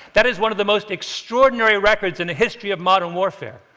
that is one of the most extraordinary records in the history of modern warfare.